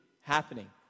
happening